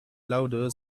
louder